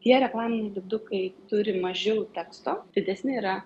tie reklaminiai lipdukai turi mažiau teksto didesni yra